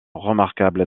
remarquable